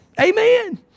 amen